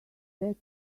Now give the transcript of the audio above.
that